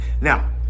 Now